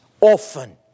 often